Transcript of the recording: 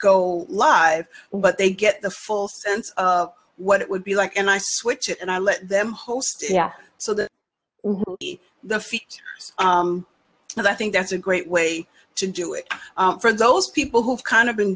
go live but they get the full sense of what it would be like and i switch it and i let them host so that the feet and i think that's a great way to do it for those people who have kind of been